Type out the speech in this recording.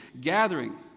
gathering